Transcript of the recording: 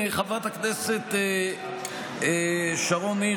חברת הכנסת שרון ניר,